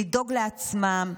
לדאוג לעצמם,